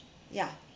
yeah